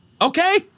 Okay